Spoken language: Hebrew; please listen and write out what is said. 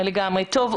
תודה.